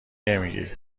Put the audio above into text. نمیگی